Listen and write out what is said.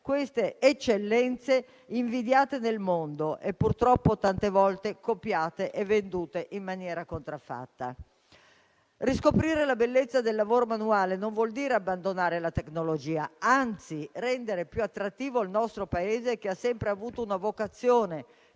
queste eccellenze, invidiate nel mondo e purtroppo tante volte copiate e vendute in maniera contraffatta. Riscoprire la bellezza del lavoro manuale non vuol dire abbandonare la tecnologia, ma anzi, rendere più attrattivo il nostro Paese, che ha sempre avuto una vocazione